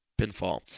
pinfall